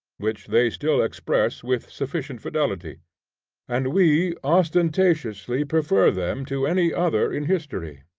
which they still express with sufficient fidelity and we ostentatiously prefer them to any other in history.